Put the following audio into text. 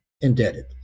indebted